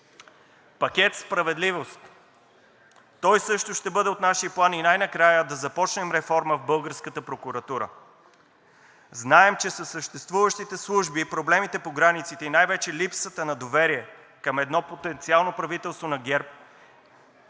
Пакет „Справедливост“ – той също ще бъде от нашия план. И най-накрая, да започнем реформа в българската прокуратура. Знаем, че със съществуващите служби и проблемите по границите, и най-вече липсата на доверие към едно потенциално правителство на ГЕРБ,